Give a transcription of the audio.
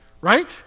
right